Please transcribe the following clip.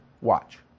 Watch